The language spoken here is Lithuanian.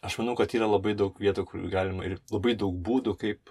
aš manau kad yra labai daug vietų kur galima ir labai daug būdų kaip